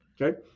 Okay